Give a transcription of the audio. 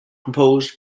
composed